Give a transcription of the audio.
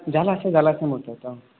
জাল আছে জাল আছে মোৰ তাত অঁ